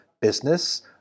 business